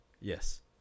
yes